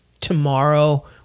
tomorrow